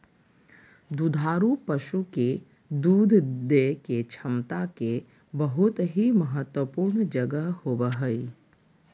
दुधारू पशु के दूध देय के क्षमता के बहुत ही महत्वपूर्ण जगह होबय हइ